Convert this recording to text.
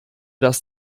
das